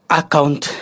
account